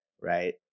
right